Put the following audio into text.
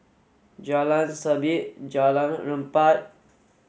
Jalan Sabit Jalan Empat